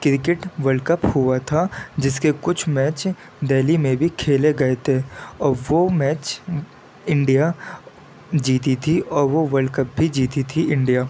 cricket world cup ہوا تھا جس کے کچھ میچ دلی میں بھی کھیلے گئے تھے اور وہ میچ انڈیا جیتی تھی اور وہ ورلڈ کپ بھی جیتی تھی انڈیا